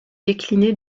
décliné